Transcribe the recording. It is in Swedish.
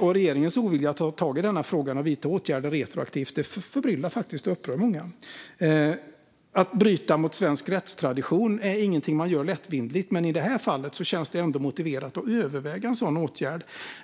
Regeringens ovilja att ta tag i denna fråga och vidta åtgärder retroaktivt förbryllar faktiskt, och upprör, många. Att bryta mot svensk rättstradition är ingenting man gör lättvindigt, men i det här fallet känns det ändå motiverat att överväga en sådan åtgärd.